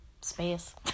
space